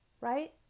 right